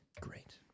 Great